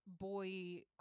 boy